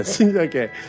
Okay